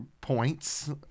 points